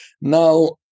Now